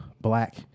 black